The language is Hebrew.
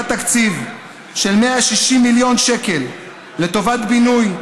תקציב של 160 מיליון שקל לטובת בינוי,